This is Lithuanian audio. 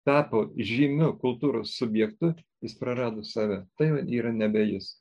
tapo žymiu kultūros subjektu jis prarado save tai yra nebe jis